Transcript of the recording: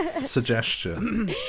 suggestion